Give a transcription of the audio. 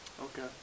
Okay